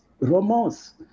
romance